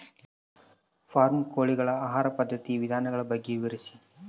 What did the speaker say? Form ಕೋಳಿಗಳ ಆಹಾರ ಪದ್ಧತಿಯ ವಿಧಾನಗಳ ಬಗ್ಗೆ ವಿವರಿಸಿ?